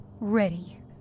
ready